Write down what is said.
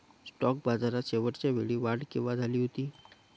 Stock बाजारात शेवटच्या वेळी वाढ केव्हा झाली होती?